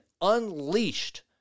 unleashed